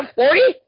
forty